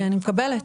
אני מקבלת.